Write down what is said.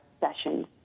sessions